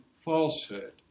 falsehood